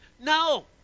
No